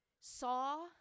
saw